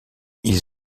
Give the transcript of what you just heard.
ils